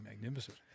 magnificent